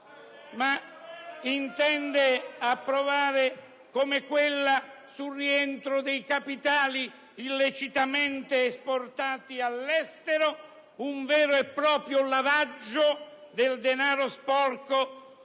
intende approvare, come quella sul rientro dei capitali illecitamente esportati all'estero, un vero e proprio lavaggio del denaro sporco